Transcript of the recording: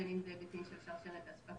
בין אם זה היבטים של שרשרת האספקה.